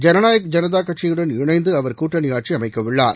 ஜனநாயக ஜனதா கட்சியுடன் இணைந்து அவர் கூட்டணி ஆட்சி அமைக்க உள்ளார்